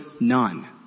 none